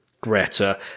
Greta